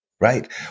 right